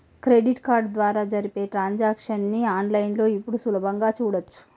credit card ద్వారా జరిపే transactions ని ఆన్ లైన్ లో ఇప్పుడు సులభంగా చూడచ్చు